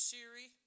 Siri